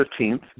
15th